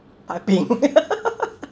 piping